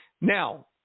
Now